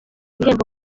ibihembo